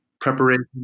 preparation